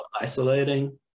isolating